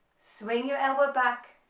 swing your elbow back,